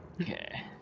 Okay